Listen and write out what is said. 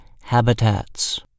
habitats